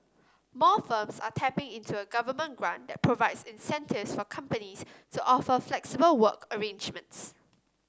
more firms are tapping into a government grant that provides incentives for companies to offer flexible work arrangements